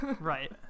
Right